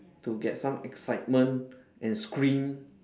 to get some excitement and scream